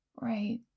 right